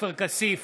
עופר כסיף,